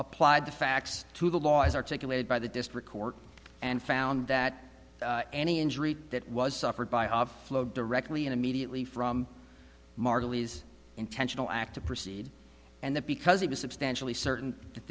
applied the facts to the law as articulated by the district court and found that any injury that was suffered by our flow directly and immediately from margolese intentional act to proceed and that because it was substantially certain